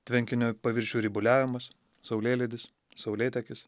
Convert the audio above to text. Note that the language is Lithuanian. tvenkinio paviršių ribuliavimas saulėlydis saulėtekis